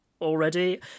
already